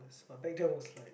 but back then was like